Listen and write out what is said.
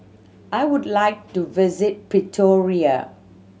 I would like to visit Pretoria